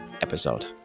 episode